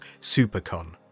Supercon